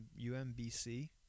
UMBC